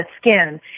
skin